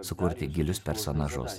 sukurti gilius personažus